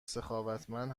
سخاوتمند